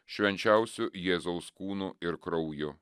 švenčiausiu jėzaus kūnu ir krauju